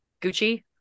gucci